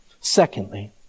Secondly